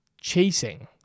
chasing